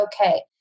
okay